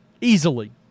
Easily